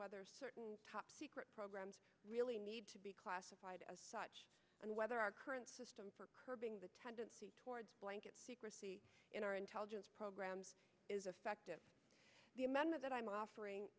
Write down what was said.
whether certain top secret programs really need to be classified as such and whether our current system for curbing the tendency towards blanket secrecy in our intelligence programs is effective the amendment that i'm offering